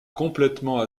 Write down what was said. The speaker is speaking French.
complètement